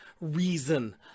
Reason